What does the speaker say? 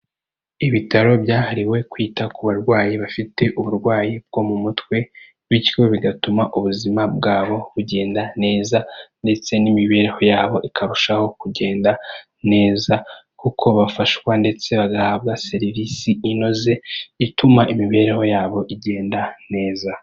Ibitaro byahariwe kwita ku barwayi bafite uburwayi bwo mu mutwe, bityo bigatuma ubuzima bwabo bugenda neza ndetse n'imibereho yabo ikarushaho kugenda neza, kuko bafashwa ndetse bagahabwa serivisi inoze, ituma imibereho yabo igenda neza.